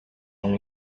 and